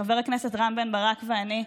חבר הכנסת רם בן ברק ואני,